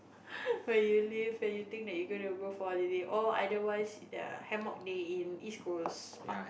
where you live and you think that you gonna go for a living or otherwise the hammock there in East Coast Park